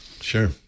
sure